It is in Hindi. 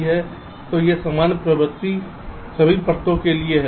तो यह सामान्य प्रवृत्ति सभी परतों के लिए है